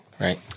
right